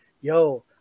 yo